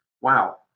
wow